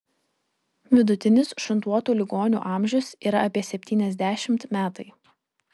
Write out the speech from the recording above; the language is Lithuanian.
vidutinis šuntuotų ligonių amžius yra apie septyniasdešimt metai